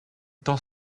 temps